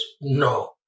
No